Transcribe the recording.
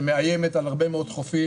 שמאיימת על הרבה מאוד חופים.